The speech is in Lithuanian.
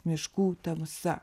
miškų tamsa